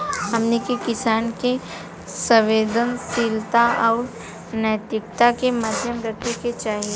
हमनी के किसान के संवेदनशीलता आउर नैतिकता के ध्यान रखे के चाही